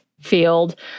field